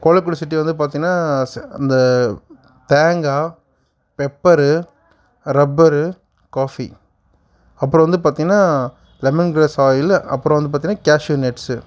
கோழிக்கூடு city வந்து பார்த்தீங்னா ஸ் அந்த தேங்காய் பெப்பரு ரப்பரு காஃபி அப்புறம் வந்து பார்த்தீங்னா லெமன் கிராஸ் ஆயில் அப்புறம் வந்து பார்த்தீங்னா கேஷுவ் நட்ஸ்சு